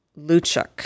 Luchuk